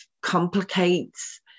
complicates